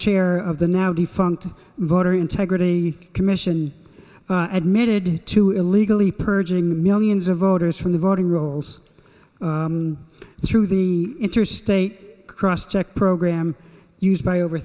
chair of the now defunct voter integrity commission admitted to illegally purging millions of voters from the voting rolls through the interstate cross check program used by over